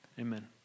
Amen